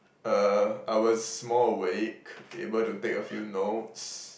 uh I was more awake able to take a few notes